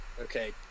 Okay